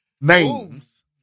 names